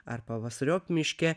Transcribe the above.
ar pavasariop miške